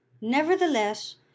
nevertheless